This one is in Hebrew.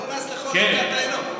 לא נס לחו, לא כהתה עינו.